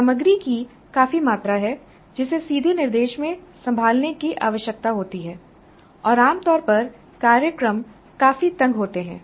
सामग्री की काफी मात्रा है जिसे सीधे निर्देश में संभालने की आवश्यकता होती है और आम तौर पर कार्यक्रम काफी तंग होते हैं